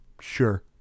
sure